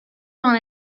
known